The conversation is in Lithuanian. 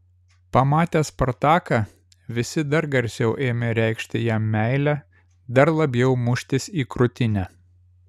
pamatę spartaką visi dar garsiau ėmė reikšti jam meilę dar labiau muštis į krūtinę